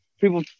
people